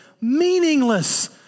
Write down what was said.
meaningless